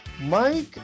mike